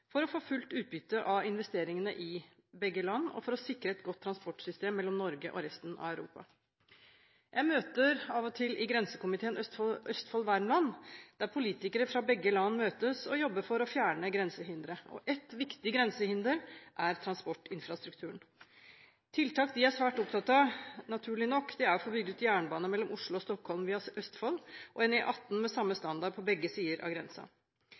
for å få fullt utbytte av investeringene i begge land, og for å sikre et godt transportsystem mellom Norge og resten av Europa. Jeg møter av og til i Grensekomiteen Värmland–Østfold, der politikere fra begge land møtes og jobber for å fjerne grensehindre. Ett viktig grensehinder er transportinfrastrukturen. Tiltak de er svært opptatt av, naturlig nok, er å få bygd ut jernbane mellom Oslo og Stockholm via Østfold, og en E18 med samme standard på begge sider av